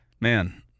Man